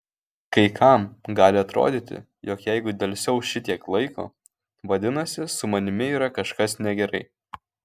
kai kam gali atrodyti jog jeigu delsiau šitiek laiko vadinasi su manimi yra kažkas negerai